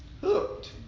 hooked